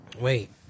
Wait